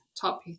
top